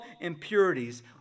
impurities